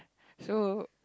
so